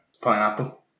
Pineapple